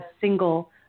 single